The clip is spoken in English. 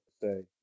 say